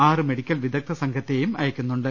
ആറ് മെഡിക്കൽ വിദഗ്ധ സംഘത്തെയും അയക്കുന്നുണ്ട്